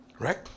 Right